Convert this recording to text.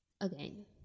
again